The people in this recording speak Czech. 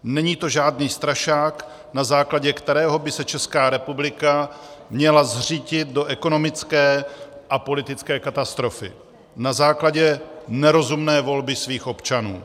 Není to žádný strašák, na základě kterého by se Česká republika měla zřítit do ekonomické a politické katastrofy na základě nerozumné volby svých občanů.